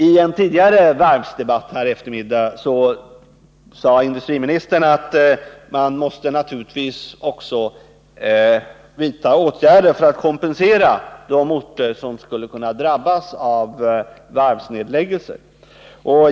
I en tidigare varvsdebatt här i eftermiddag sade industriministern att man måste naturligtvis också vidta åtgärder för att kompensera de orter som skulle kunna drabbas av varvsnedläggelser.